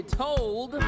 told